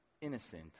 innocent